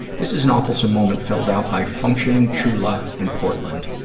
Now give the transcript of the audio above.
this is an awfulsome moment filled out by functioning chula in portland,